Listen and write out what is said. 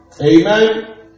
Amen